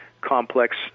complex